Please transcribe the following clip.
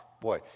Boy